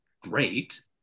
great